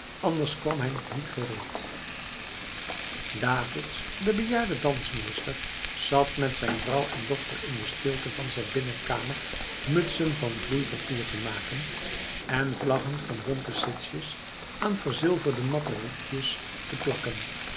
anders kwam hij nog niet gereed davids de bejaarde dansmeester zat met zijn vrouw en dochter in de stilte van zijn binnenkamer mutsen van vloeipapier te maken en vlaggen van bonte sitsjes aan verzilverde matten rietjes te plakken